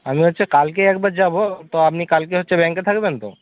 আমি হচ্ছে কালকে একবার যাব তো আপনি কালকে হচ্ছে ব্যাংকে থাকবেন তো